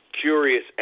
curious